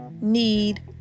need